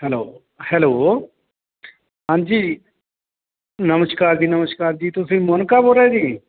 hello hello ਹਾਂਜੀ ਨਮਸਕਾਰ ਜੀ ਨਮਸਕਾਰ ਜੀ ਤੁਸੀਂ ਮੋਨਿਕਾ ਬੋਲ ਰਹੇ ਜੀ